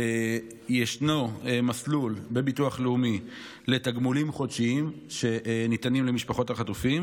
ישנו מסלול בביטוח לאומי לתגמולים חודשיים שניתנים למשפחות החטופים,